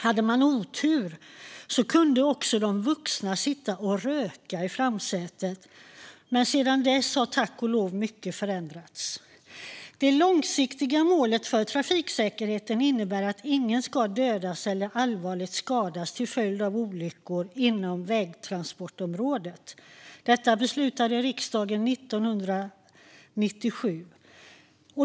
Hade man otur kunde också de vuxna sitta och röka i framsätet. Sedan dess har tack och lov mycket förändrats. Det långsiktiga målet för trafiksäkerheten innebär att ingen ska dödas eller skadas allvarligt till följd av olyckor inom vägtransportområdet. Detta beslutade riksdagen 1997.